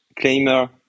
claimer